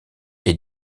est